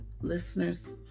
Listeners